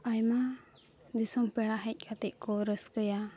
ᱟᱭᱢᱟ ᱫᱤᱥᱚᱢ ᱯᱮᱲᱟ ᱦᱮᱡ ᱠᱟᱛᱮᱫ ᱠᱚ ᱨᱟᱹᱥᱠᱟᱹᱭᱟ